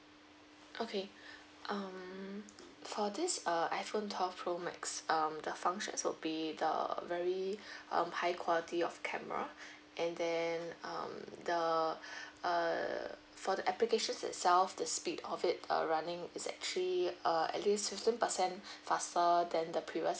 okay um for this uh iphone twelve pro max um the functions would be the very um high quality of camera and then um the err for the applications itself the speed of it running is actually err at least fifteen percent faster than the previous